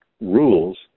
rules